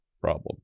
problem